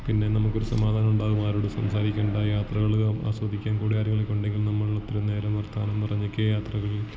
പിന്നെ നമുക്കൊരു സമാധാനം ഉണ്ടാകും ആരോടും സംസാരിക്കണ്ട യാത്രകള് ആസ്വദിക്കാൻ കൂടെ ആരെങ്കിലുമൊക്കെ ഉണ്ടെങ്കിൽ നമ്മൾ അത്രയും നേരം വർത്തമാനം പറഞ്ഞൊക്കെ യാത്രകളിൽ